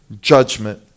judgment